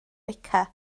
beca